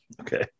Okay